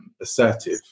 assertive